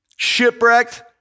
shipwrecked